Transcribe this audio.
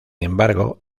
embargo